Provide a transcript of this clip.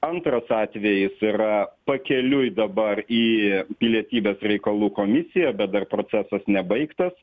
antras atvejis yra pakeliui dabar į pilietybės reikalų komisiją bet dar procesas nebaigtas